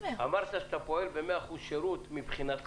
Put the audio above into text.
אמרת שאתה פועל ב-100 אחוזי שירות מבחינתך.